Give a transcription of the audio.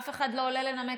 אף אחד לא עולה לנמק?